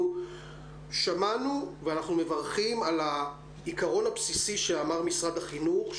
אנחנו שמענו ואנחנו מברכים על העיקרון הבסיסי שאמר משרד החינוך,